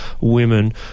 women